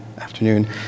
Afternoon